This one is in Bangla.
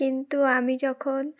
কিন্তু আমি যখন